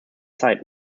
zeit